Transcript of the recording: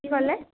কি ক'লে